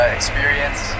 experience